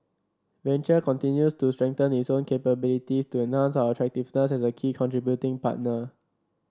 venture continues to strengthen its own capabilities to enhance our attractiveness as a key contributing partner